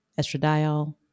estradiol